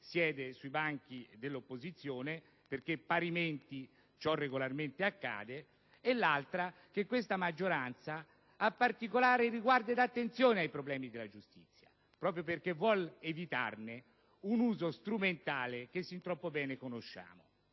siede sui banchi dell'opposizione, perché parimenti ciò regolarmente accade. L'altro aspetto che vorrei sottolineare è che questa maggioranza ha particolare riguardo ed attenzione ai problemi della giustizia, proprio perché vuole evitarne un uso strumentale che sin troppo bene conosciamo.